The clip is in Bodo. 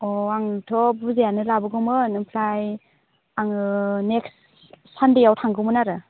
अ आंथ' बुरजायानो लाबोगौमोन ओमफ्राय आङो नेक्स्ट सान्डेआव थांगौमोन आरो